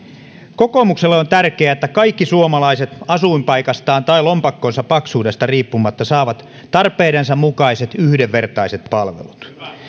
kokoomukselle on on tärkeää että kaikki suomalaiset asuinpaikastaan tai lompakkonsa paksuudesta riippumatta saavat tarpeidensa mukaiset yhdenvertaiset palvelut